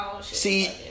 See